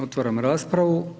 Otvaram raspravu.